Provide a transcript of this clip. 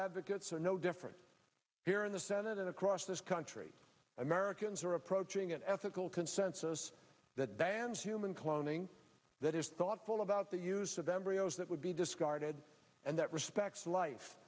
advocates are no different here in the senate and across this country americans are approaching an ethical consensus that bans human cloning that is thoughtful about the use of embryos that would be discarded and that respects life